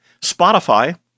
Spotify